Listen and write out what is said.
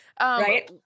Right